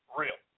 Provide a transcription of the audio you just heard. real